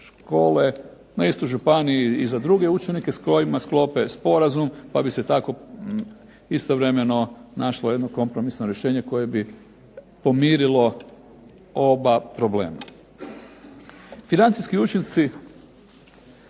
na istoj županiji i za druge učenike s kojima sklope sporazum, pa bi se tako istovremeno našlo jedno kompromisno rješenje koje bi pomirilo oba problema. Financijski učinci